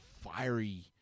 fiery